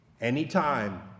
Anytime